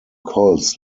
colts